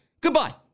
Goodbye